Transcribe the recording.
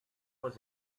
was